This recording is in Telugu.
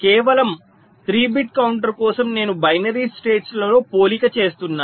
కేవలం 3 బిట్ కౌంటర్ కోసం నేను బైనరీ స్టేట్స్ లలో పోలిక చేస్తున్నాను